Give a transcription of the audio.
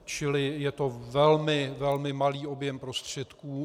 Čili je to velmi, velmi malý objem prostředků.